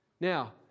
Now